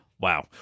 Wow